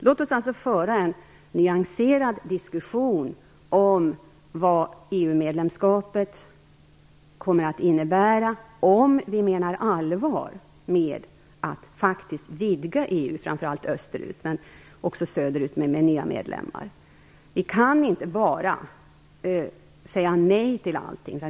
Låt oss alltså föra en nyanserad diskussion om vad EU-medlemskapet kommer att innebära om vi menar allvar med att faktiskt vidga EU, framför allt österut men också söderut, med nya medlemmar. Vi kan inte bara säga nej till allting.